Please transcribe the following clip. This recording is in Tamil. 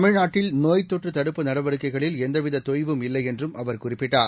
தமிழ்நாட்டில் நோய்த்தொற்று தடுப்பு நடவடிக்கைகளில் எந்தவித தொய்வும் இல்லை என்றும் அவா் குறிப்பிட்டார்